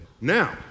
Now